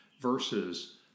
versus